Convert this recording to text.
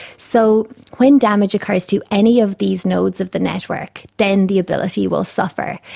so when damage occurs to any of these nodes of the network, then the ability will suffer.